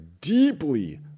deeply